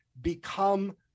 become